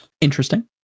interesting